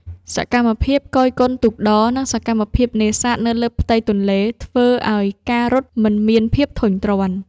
សកម្មភាពគយគន់ទូកដរ និងសកម្មភាពនេសាទនៅលើផ្ទៃទន្លេ ធ្វើឱ្យការរត់មិនមានភាពធុញទ្រាន់។